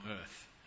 earth